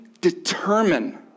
determine